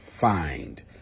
find